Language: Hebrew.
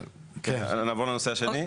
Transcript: נעבור לנושא השני.